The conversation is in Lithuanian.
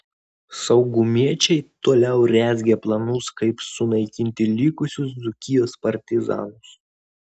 saugumiečiai toliau rezgė planus kaip sunaikinti likusius dzūkijos partizanus